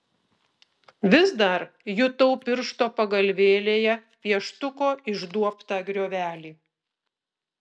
vis dar jutau piršto pagalvėlėje pieštuko išduobtą griovelį